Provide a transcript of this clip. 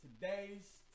Today's